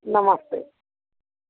नमस्ते